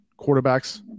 quarterbacks